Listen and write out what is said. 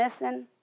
missing